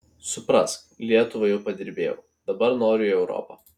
suprask lietuvai jau padirbėjau dabar noriu į europą